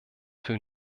für